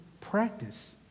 practice